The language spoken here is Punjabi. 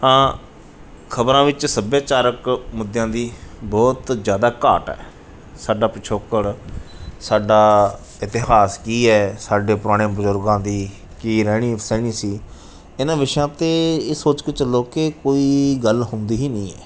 ਹਾਂ ਖਬਰਾਂ ਵਿੱਚ ਸੱਭਿਆਚਾਰਕ ਮੁੱਦਿਆਂ ਦੀ ਬਹੁਤ ਜ਼ਿਆਦਾ ਘਾਟ ਹੈ ਸਾਡਾ ਪਿਛੋਕੜ ਸਾਡਾ ਇਤਿਹਾਸ ਕੀ ਹੈ ਸਾਡੇ ਪੁਰਾਣੇ ਬਜ਼ੁਰਗਾਂ ਦੀ ਕੀ ਰਹਿਣੀ ਸਹਿਣੀ ਸੀ ਇਹਨਾਂ ਵਿਸ਼ਿਆਂ 'ਤੇ ਇਹ ਸੋਚ ਕੇ ਚੱਲੋ ਕਿ ਕੋਈ ਗੱਲ ਹੁੰਦੀ ਹੀ ਨਹੀਂ ਹੈ